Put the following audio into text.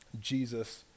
Jesus